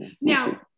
now